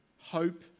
Hope